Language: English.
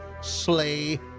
slay